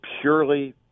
purely